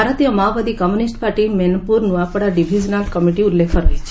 ଭାରତୀୟ ମାଓବାଦୀ communist party Mainpur Nuapada divisional committee ଉଲ୍କେଖ ରହିଛି